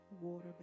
water